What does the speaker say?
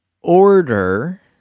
Order